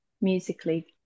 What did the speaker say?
musically